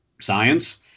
science